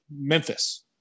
Memphis